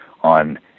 on